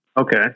Okay